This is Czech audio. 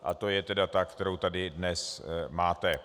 A to je tedy ta, kterou tady dnes máte.